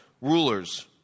rulers